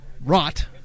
rot